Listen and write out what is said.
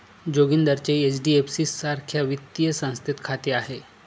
जोगिंदरचे एच.डी.एफ.सी सारख्या वित्तीय संस्थेत खाते आहे